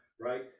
Right